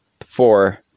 four